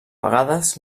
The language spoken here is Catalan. vegades